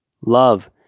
Love